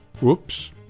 Whoops